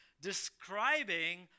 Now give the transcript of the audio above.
describing